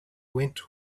went